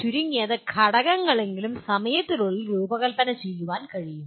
ചുരുങ്ങിയത് ഘടകങ്ങളെങ്കിലും സമയത്തിനുള്ളിൽ രൂപകൽപ്പന ചെയ്യാൻ കഴിയും